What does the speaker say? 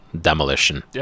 demolition